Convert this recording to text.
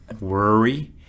Worry